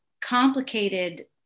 complicated